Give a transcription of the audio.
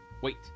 Wait